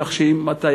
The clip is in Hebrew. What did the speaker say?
כך שאם אתה,